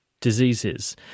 diseases